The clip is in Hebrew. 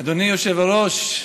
אדוני היושב-ראש,